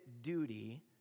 duty